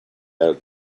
added